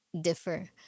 differ